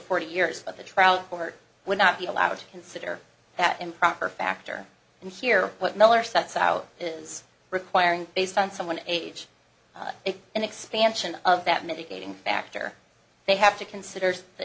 forty years but the trout owner would not be allowed to consider that improper factor and here what miller sets out is requiring based on someone age it's an expansion of that mitigating factor they have to consider the